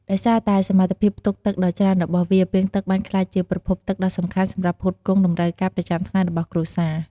ដោយសារតែសមត្ថភាពផ្ទុកទឹកដ៏ច្រើនរបស់វា ពាងទឹកបានក្លាយជាប្រភពទឹកដ៏សំខាន់សម្រាប់ផ្គត់ផ្គង់តម្រូវការប្រចាំថ្ងៃរបស់គ្រួសារ។